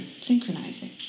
synchronizing